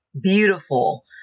beautiful